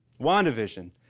WandaVision